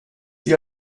sie